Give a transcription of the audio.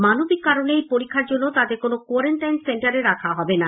মানবিক কারণেই এই পরীক্ষার জন্য তাদের কোনো কোয়ারাট্টাইন সেটারে রাখা হবে না